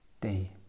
day